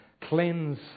cleanse